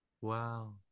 Wow